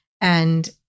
and-